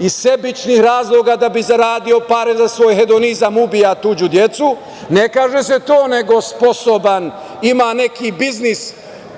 iz sebičnih razloga, da bi zaradio pare, za svoj hedonizam ubija tuđu decu. Ne kaže se to, nego -sposoban, ima neki biznis,